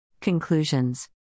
Conclusions